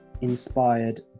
inspired